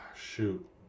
shoot